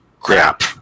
crap